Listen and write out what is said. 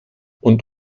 und